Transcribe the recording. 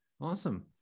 awesome